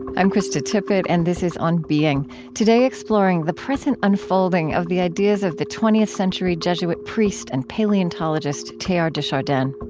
i'm krista tippett, and this is on being today exploring the present unfolding of the ideas of the twentieth century jesuit priest and paleontologist teilhard de chardin.